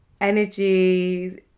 energy